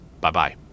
bye-bye